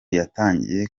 yatangiye